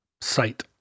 site